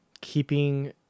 keeping